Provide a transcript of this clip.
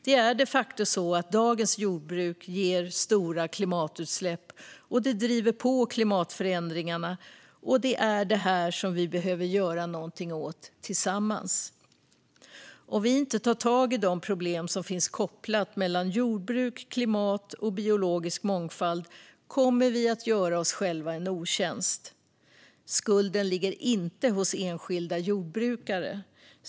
Det är de facto så att dagens jordbruk ger stora klimatutsläpp, och det driver på klimatförändringarna. Det är det här som vi behöver göra någonting åt tillsammans. Om vi inte tar tag i de problem som finns kopplade mellan jordbruk, klimat och biologisk mångfald kommer vi att göra oss själva en otjänst. Skulden ligger inte hos enskilda jordbrukare.